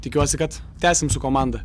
tikiuosi kad tęsim su komanda